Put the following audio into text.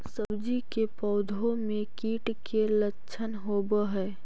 सब्जी के पौधो मे कीट के लच्छन होबहय?